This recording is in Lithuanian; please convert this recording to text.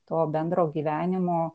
to bendro gyvenimo